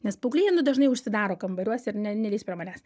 nes paaugliai jie nu dažnai užsidaro kambariuose ir ne nelįsk prie manęs